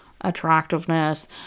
attractiveness